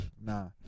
Nah